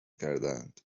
کردهاند